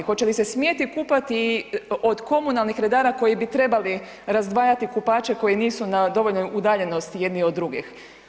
Hoće li se smjeti kupati od komunalnih redara koji bi trebali razdvajati kupače koji nisu na dovoljnoj udaljenosti jednih od drugih?